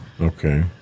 okay